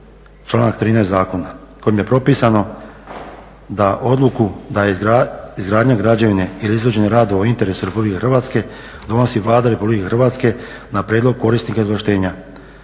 članak 13. zakona kojim je propisano da odluku za izgradnju građevine ili izvođenje radova u interesu RH donosi Vlada RH na prijedlog korisnika izvlaštenja.